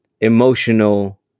emotional